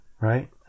Right